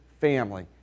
family